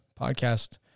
podcast